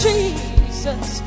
Jesus